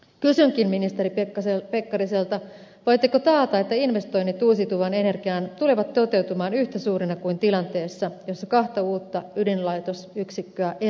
kysynkin ministeri pekkariselta voitteko taata että investoinnit uusiutuvaan energiaan tulevat toteutumaan yhtä suurina kuin tilanteessa jossa kahta uutta ydinlaitosyksikköä ei rakennettaisi